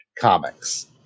comics